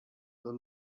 the